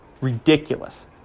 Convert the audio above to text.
ridiculous